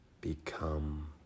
become